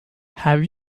have